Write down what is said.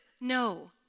no